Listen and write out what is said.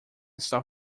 está